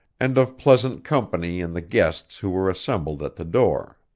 and of pleasant company in the guests who were assembled at the door.